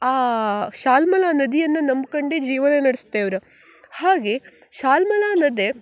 ಆ ಶಾಲ್ಮಲಾ ನದಿಯನ್ನು ನಂಬ್ಕೊಂಡೇ ಜೀವನ ನಡ್ಸ್ತೇವ್ರು ಹಾಗೇ ಶಾಲ್ಮಲಾ ನದಿ